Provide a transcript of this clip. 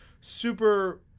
super